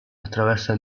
attraversa